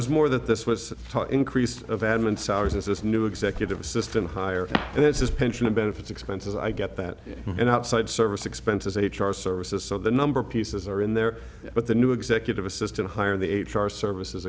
was more that this was increased of admin salaries as this new executive assistant hired and that's his pension and benefits expenses i get that and outside service expenses h r services so the number pieces are in there but the new executive assistant hire the h r services